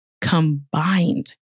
combined